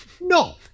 No